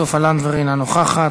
אינו נוכח.